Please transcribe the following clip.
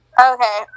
Okay